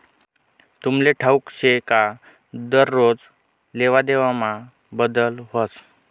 तुमले ठाऊक शे का दरोज लेवादेवामा बदल व्हस